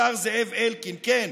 השר זאב אלקין" כן,